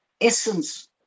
essence